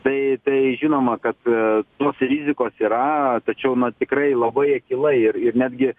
tai tai žinoma kad tos rizikos yra tačiau na tikrai labai akylai ir ir netgi